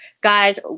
Guys